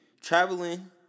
traveling